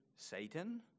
Satan